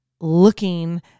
looking